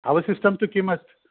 अवशिष्टं तु किम् अस्ति